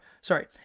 sorry